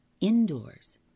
Indoors